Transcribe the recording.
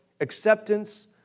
acceptance